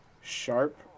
sharp